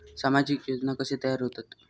सामाजिक योजना कसे तयार होतत?